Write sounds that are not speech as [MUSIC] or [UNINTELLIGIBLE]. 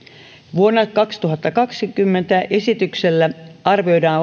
vuonna kaksituhattakaksikymmentä esityksellä arvioidaan [UNINTELLIGIBLE]